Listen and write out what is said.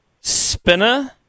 Spinner